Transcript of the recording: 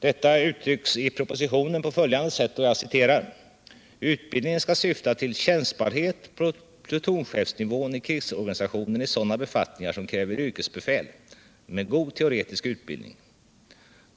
Detta uttrycks i propositionen på följande sätt: ”Utbildningen skall syfta till tjänstbarhet på plutonchefsnivån i krigsorganisationen i sådana befattningar som kräver yrkesbefäl med god teoretisk utbildning.